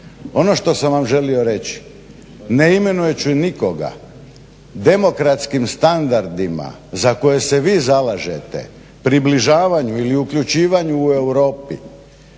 Ono što sam vam želio reći, ne imenujući nikoga, demokratskim standardima za koje se vi zalažete približavanju ili uključivanju u Europi.